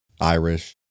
Irish